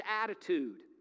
attitude